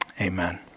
Amen